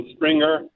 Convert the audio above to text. Springer